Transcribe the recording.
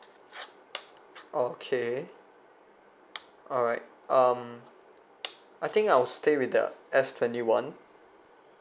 okay alright um I think I'll stay with the S twenty one